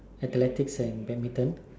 athletics and badminton